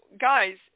guys